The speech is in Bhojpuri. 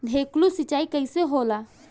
ढकेलु सिंचाई कैसे होला?